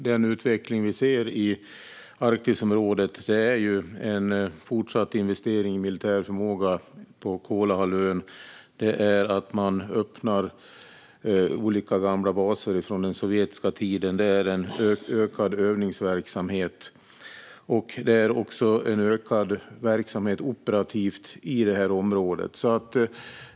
Den utveckling vi ser i Arktisområdet är en fortsatt investering i militär förmåga på Kolahalvön, att man öppnar olika gamla baser från den sovjetiska tiden, en ökad övningsverksamhet och också en ökad operativ verksamhet i området.